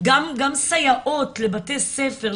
גם סייעות לבתי ספר,